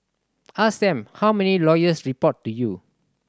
ask them how many lawyers report to you